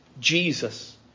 Jesus